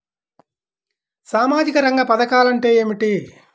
సామాజిక రంగ పధకాలు అంటే ఏమిటీ?